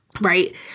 right